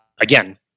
Again